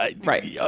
right